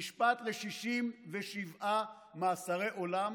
נשפט ל-67 מאסרי עולם